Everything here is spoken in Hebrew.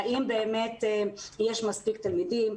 האם באמת יש מספיק תלמידים,